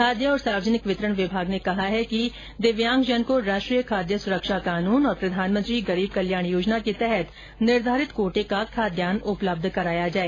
खाद्य और सार्वजनिक वितरण विभाग ने कहा है कि दिव्यांगजन को राष्ट्रीय खाद्य सुरक्षा कानून और प्रधानमंत्री गरीब कल्याण योजना के तहत निर्धारित कोटे का खाद्यान्न उपलब्ध कराया जाए